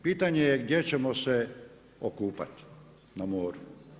Pitanje je gdje ćemo se okupati na moru?